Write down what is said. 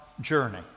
journey